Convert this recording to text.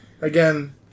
again